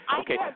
Okay